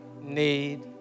need